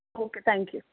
okay thank you